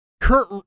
Kurt